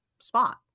spot